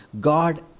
God